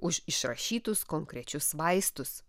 už išrašytus konkrečius vaistus